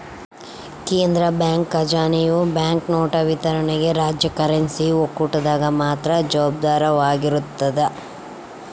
ಕೇಂದ್ರ ಬ್ಯಾಂಕ್ ಖಜಾನೆಯು ಬ್ಯಾಂಕ್ನೋಟು ವಿತರಣೆಗೆ ರಾಜ್ಯ ಕರೆನ್ಸಿ ಒಕ್ಕೂಟದಾಗ ಮಾತ್ರ ಜವಾಬ್ದಾರವಾಗಿರ್ತದ